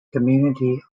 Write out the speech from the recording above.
community